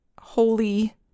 holy